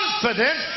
confident